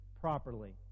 properly